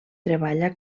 treballa